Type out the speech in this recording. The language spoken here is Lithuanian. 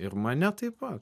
ir mane taip pat